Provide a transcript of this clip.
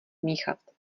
míchat